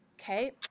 Okay